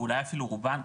ואולי אפילו רובן,